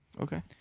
Okay